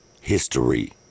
history